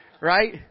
right